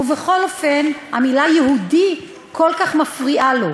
ובכל אופן המילה יהודי כל כך מפריעה לו,